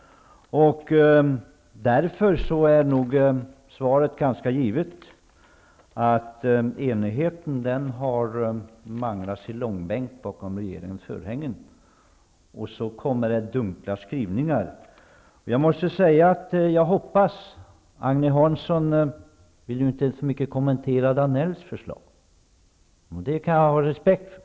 Därför är nog svaret ganska givet: Enigheten har manglats i långbänk bakom regeringens förhängen. Sedan kommer det dunkla skrivningar. Agne Hansson vill inte kommentera Georg Danells förslag särskilt mycket, och det kan jag ha respekt för.